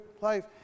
life